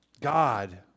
God